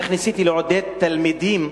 איך ניסיתי לעודד תלמידים,